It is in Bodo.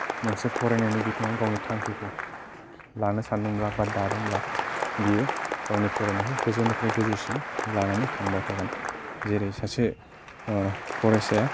मोनसे फरायनायनि बिथिंआव गावनि थांखिखौ लानो सानदोंब्ला बा दादोंब्ला बेयो गावनि फरायनायखौ गोजौनिफ्राय गोजौसिन लानानै थांबाय थागोन जेरै सासे फरायसाया